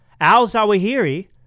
al-Zawahiri